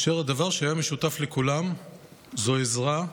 והדבר שהיה משותף לכולם זו עזרה,